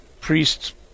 priests